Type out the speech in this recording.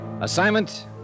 Assignment